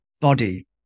body